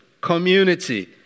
community